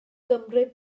gymryd